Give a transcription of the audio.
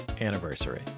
anniversary